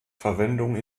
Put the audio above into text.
verwendung